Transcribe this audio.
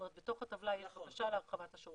זאת אומרת בתוך הטבלה יש בקשה להרחבת השירותים.